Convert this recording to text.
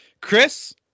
chris